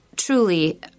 Truly